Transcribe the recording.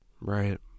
right